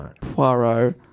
Poirot